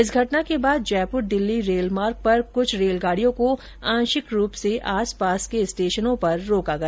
इस घटना के बाद जयपुर दिल्ली रेल मार्ग पर कुछ रेलगाड़ियों को आंशिक रूप से आसपास के स्टेशनों पर रोका गया